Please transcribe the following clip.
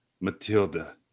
Matilda